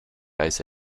ice